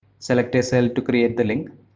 select a cell to create the link,